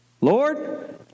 Lord